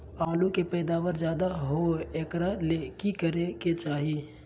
आलु के पैदावार ज्यादा होय एकरा ले की करे के चाही?